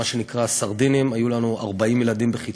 מה שנקרא סרדינים היו לנו 40 ילדים בכיתות,